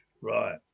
right